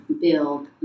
build